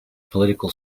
political